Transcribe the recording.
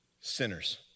Sinners